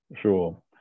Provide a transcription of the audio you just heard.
sure